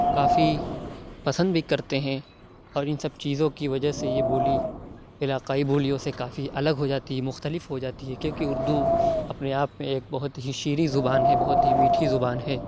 کافی پسند بھی کرتے ہیں اور اِن سب چیزوں کی وجہ سے یہ بولی علاقائی بولیوں سے کافی الگ ہو جاتی ہے مختلف ہو جاتی ہے کیوں کہ اُردو اپنے آپ میں ایک بہت ہی شیریں زبان ہے بہت ہی میٹھی زبان ہے